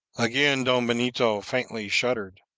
again don benito faintly shuddered.